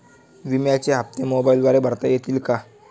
विम्याचे हप्ते मोबाइलद्वारे भरता येतील का?